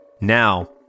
Now